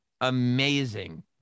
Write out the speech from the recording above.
amazing